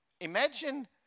imagine